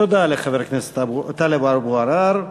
תודה לחבר הכנסת טלב אבו עראר.